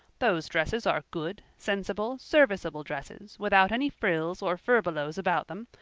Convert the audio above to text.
those dresses are good, sensible, serviceable dresses, without any frills or furbelows about them,